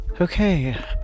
Okay